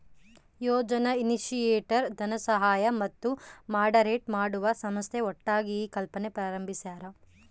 ಯೋಜನಾ initiator ಧನಸಹಾಯ ಮತ್ತು moderate ಮಾಡುವ ಸಂಸ್ಥೆ ಒಟ್ಟಾಗಿ ಈ ಕಲ್ಪನೆ ಪ್ರಾರಂಬಿಸ್ಯರ